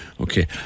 Okay